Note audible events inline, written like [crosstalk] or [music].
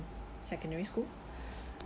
secondary school [breath]